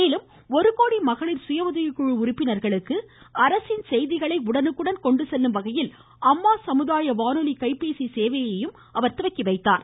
மேலும் ஒருகோடி மகளிர் சுய உதவிக்குழு உறுப்பினர்களுக்கு அரசின் செய்திகளை உடனுக்குடன் கொண்டுசெல்லும் வகையில் அம்மா சமுதாய வானொலி கைபேசி சேவையையும் அவர் துவக்கி வைத்தார்